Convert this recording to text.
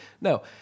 No